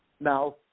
Now